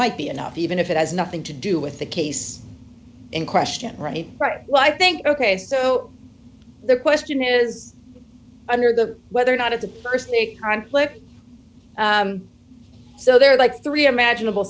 might be enough even if it has nothing to do with the case in question right right well i think ok so the question is under the whether or not at the st they conflict so there are like three imaginable